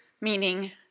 meaning